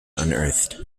unearthed